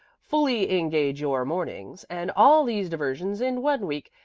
fully engage your mornings, and all these diversions in one week,